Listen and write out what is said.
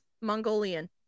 Mongolian